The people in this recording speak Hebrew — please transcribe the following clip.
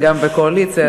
גם בקואליציה,